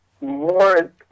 more